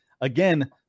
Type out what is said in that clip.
Again